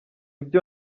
byo